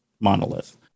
monolith